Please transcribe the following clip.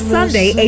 Sunday